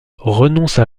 renonce